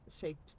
shaped